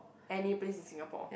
any place in Singapore